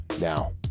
now